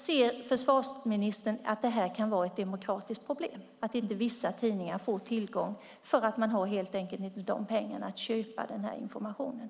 Ser försvarsministern att det kan vara ett demokratiskt problem att inte vissa tidningar får tillgång till informationen för att de inte har pengarna att köpa den med?